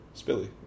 Spilly